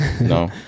No